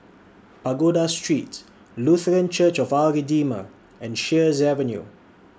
Pagoda Street Lutheran Church of Our Redeemer and Sheares Avenue